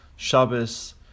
Shabbos